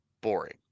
boring